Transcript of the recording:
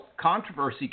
controversy